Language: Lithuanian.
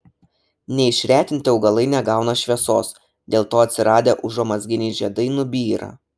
neišretinti augalai negauna šviesos dėl to atsiradę užuomazginiai žiedai nubyra